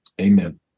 Amen